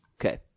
Okay